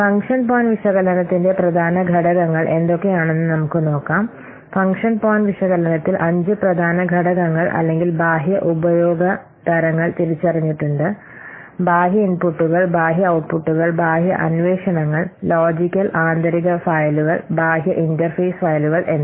function point വിശകലനത്തിന്റെ പ്രധാന ഘടകങ്ങൾ എന്തൊക്കെയാണെന്ന് നമുക്ക് നോക്കാം ഫംഗ്ഷൻ പോയിന്റ് വിശകലനത്തിൽ അഞ്ച് പ്രധാന ഘടകങ്ങൾ അല്ലെങ്കിൽ ബാഹ്യ ഉപയോഗ തരങ്ങൾ തിരിച്ചറിഞ്ഞിട്ടുണ്ട് ബാഹ്യ ഇൻപുട്ടുകൾ ബാഹ്യ ഔട്ട്പുട്ടുകൾ ബാഹ്യ അന്വേഷണങ്ങൾ ലോജിക്കൽ ആന്തരിക ഫയലുകൾ ബാഹ്യ ഇന്റർഫേസ് ഫയലുകൾ എന്നിവ